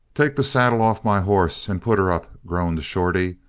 take the saddle off my horse and put er up, groaned shorty.